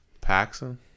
Paxson